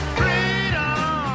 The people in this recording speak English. freedom